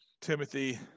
Timothy